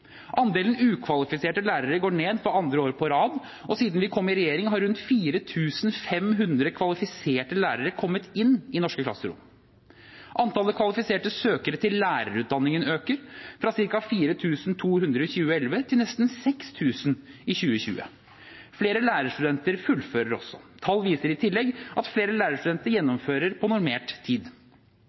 Andelen ukvalifiserte lærere går ned for andre år på rad, og siden vi kom i regjering, har rundt 4 500 kvalifiserte lærere kommet inn i norske klasserom. Antallet kvalifiserte søkere til lærerutdanningen øker, fra ca. 4 200 i 2011 til nesten 6 000 i 2020. Flere lærerstudenter fullfører også. Tall viser i tillegg at flere lærerstudenter gjennomfører på normert tid.